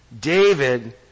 David